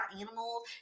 animals